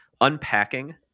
Unpacking